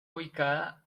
ubicada